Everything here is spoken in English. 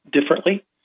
differently